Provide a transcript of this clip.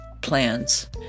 plans